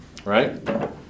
Right